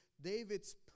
David's